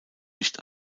nicht